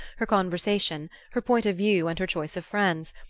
her conversation, her point of view and her choice of friends,